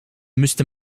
müsste